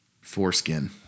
Foreskin